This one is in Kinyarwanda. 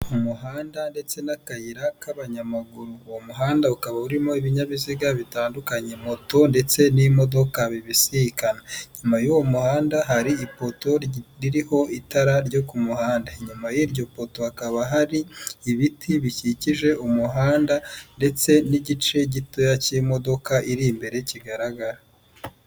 Umuhanda ndetse n'akayira k'abanyamaguru uwo muhanda ukaba urimo ibinyabiziga bitandukanye moto ndetse n'imodoka bibisikana. Inyuma y'uwo muhanda hari ipoto ririho itara ryo ku muhanda, inyuma y'iryo poto hakaba hari ibiti bikikije umuhanda ndetse n'igice gitoya cy'imodoka iri imbere kigaragara.